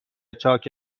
چاک